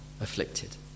afflicted